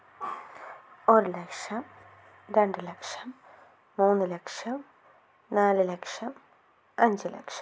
ഒരു ലക്ഷം രണ്ട് ലക്ഷം മൂന്ന് ലക്ഷം നാല് ലക്ഷം അഞ്ച് ലക്ഷം